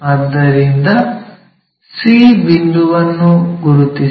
ಆದ್ದರಿಂದ ಆ c ಬಿಂದುವನ್ನು ಗುರುತಿಸಿ